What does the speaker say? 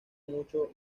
mucho